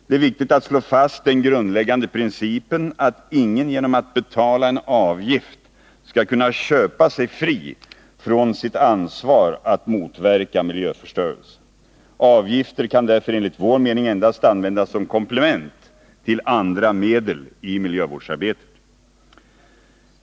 Det är viktigt att slå fast den grundläggande principen att ingen genom att betala en avgift skall kunna köpa sig fri från sitt ansvar att motverka miljöförstörelse. Avgifter kan därför enligt vår mening endast användas som komplement till andra medel i miljövårdsarbetet.